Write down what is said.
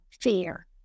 fear